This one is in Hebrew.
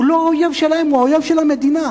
הוא לא האויב שלהם, הוא האויב של המדינה.